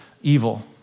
evil